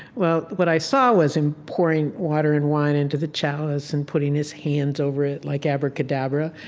well, what i saw was him pouring water and wine into the chalice and putting his hands over it like, abracadabra.